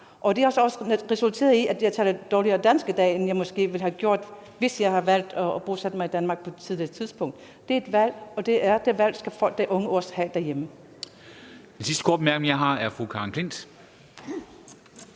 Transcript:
det har så også resulteret i, at jeg taler dårligere dansk i dag, end jeg måske ville have gjort, hvis jeg havde valgt at bosætte mig i Danmark på et tidligere tidspunkt. Det er et valg, og det valg skal folk, der er unge, også have derhjemme.